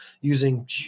using